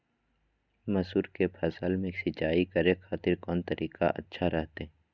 मसूर के फसल में सिंचाई करे खातिर कौन तरीका अच्छा रहतय?